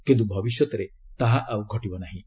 କିନ୍ତୁ ଭବିଷ୍ୟତରେ ତାହା ଆଉ ଘଟିବ ନାହିଁ